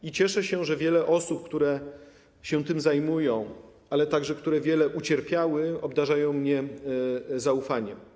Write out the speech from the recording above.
I cieszę się, że wiele osób, które się tym zajmują, ale także, które wiele ucierpiały, obdarza mnie zaufaniem.